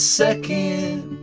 second